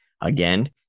Again